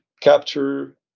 capture